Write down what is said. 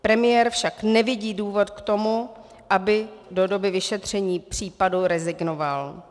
Premiér však nevidí důvod k tomu, aby do doby vyšetření případu rezignoval.